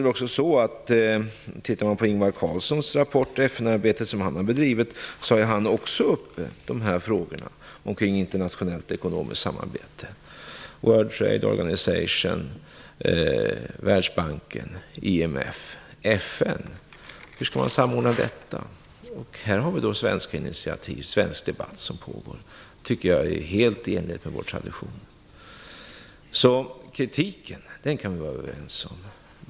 Ingvar Carlsson tar också upp frågor kring internationellt ekonomiskt samarbete i det FN-arbete han har bedrivit och i den rapport han har skrivit - FN. Hur skall man samordna detta? Här har vi svenska initiativ, och det pågår en svensk debatt. Det tycker jag är helt i enlighet med vår tradition. Kritiken kan vi vara överens om.